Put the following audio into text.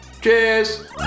Cheers